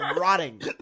rotting